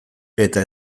eta